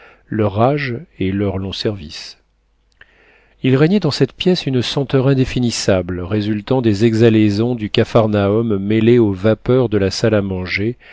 leur âge et leurs longs services il régnait dans cette pièce une senteur indéfinissable résultant des exhalaisons du capharnaüm mêlées aux vapeurs de la salle à manger